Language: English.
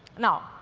now,